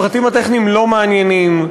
הפרטים הטכניים לא מעניינים.